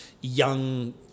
young